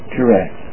Correct